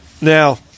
now